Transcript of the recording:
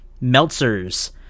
Meltzer's